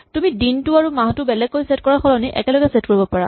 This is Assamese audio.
তুমি দিনটো আৰু মাহটো বেলেগকৈ ছেট কৰাৰ সলনি একেলগে ছেট কৰিব পাৰা